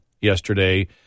yesterday